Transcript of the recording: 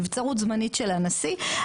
נבצרות זמנית של הנשיא,